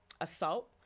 assault